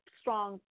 strong